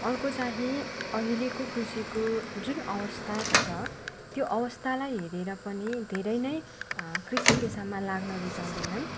अर्को चाहिँ अहिलेको कृषिको जुन अवस्था छ त्यो अवस्थालाई हेरेर पनि धेरै नै कृषि पेसामा लाग्न रुचाउँदैनन्